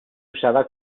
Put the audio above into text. usada